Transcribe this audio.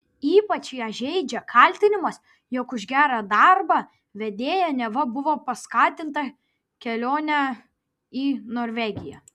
ypač ją žeidžia kaltinimas jog už gerą darbą vedėja neva buvo paskatinta kelione į norvegiją